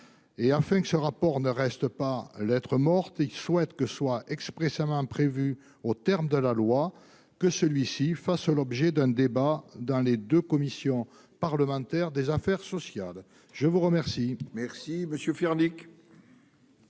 Afin que ce rapport ne reste pas lettre morte, nous souhaitons que soit expressément prévu, aux termes de la loi, qu'il fasse l'objet d'un débat dans les deux commissions parlementaires des affaires sociales. L'amendement